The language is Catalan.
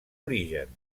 origen